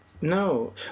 no